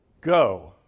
go